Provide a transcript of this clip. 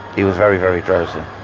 he was very, very drowsy.